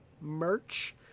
merch